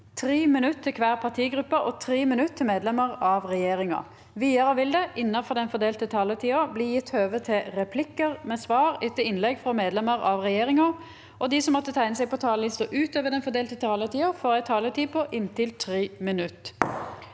5 minutter til hver partigruppe og 5 minutter til medlemmer av regjeringen. Videre vil det – innenfor den fordelte taletid – bli gitt anledning til inntil seks replikker med svar etter innlegg fra medlemmer av regjeringen, og de som måtte tegne seg på talerlisten utover den fordelte taletiden, får en taletid på inntil 3 minutter.